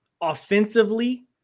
Offensively